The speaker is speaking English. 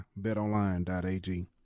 BetOnline.ag